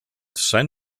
san